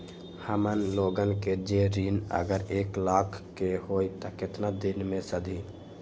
हमन लोगन के जे ऋन अगर एक लाख के होई त केतना दिन मे सधी?